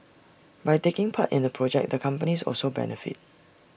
by taking part in the project the companies also benefit